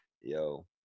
Yo